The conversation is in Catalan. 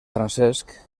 francesc